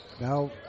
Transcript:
Now